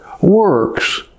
works